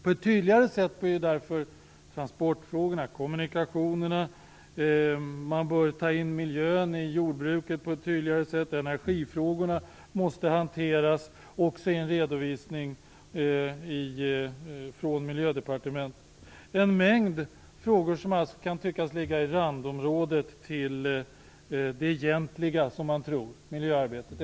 Det gäller att arbeta på ett tydligare sätt med transportfrågorna och kommunikationerna. Vidare bör miljön i jordbruket tas med på ett tydligare sätt. Energifrågorna måste också hanteras i en redovisning från Miljödepartementet. Det är alltså en mängd frågor som kan tyckas ligga i randområdet i förhållande till det, som man tror, egentliga miljöarbetet.